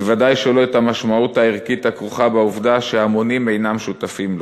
ודאי שלא את המשמעות הערכית הכרוכה בעובדה שהמונים אינם שותפים לו.